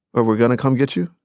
or we're gonna come get you?